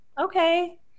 okay